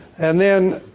and then,